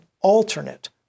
alternate